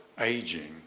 aging